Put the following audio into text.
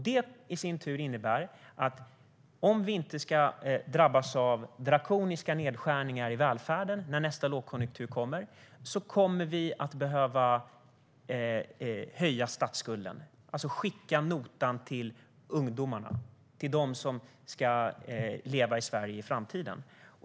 Det i sin tur innebär att om vi inte ska drabbas av drakoniska nedskärningar i välfärden när nästa lågkonjunktur kommer så kommer vi att behöva höja statsskulden, alltså skicka notan till ungdomarna, till dem som ska leva i Sverige i framtiden.